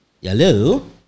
Hello